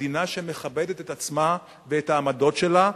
מדינה שמכבדת את עצמה ואת העמדות שלה,